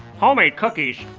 homemade cookies?